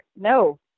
No